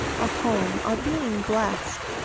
our home, our being blest,